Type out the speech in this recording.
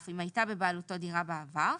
אף אם הייתה בבעלותו דירה בעבר,